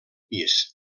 pis